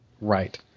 Right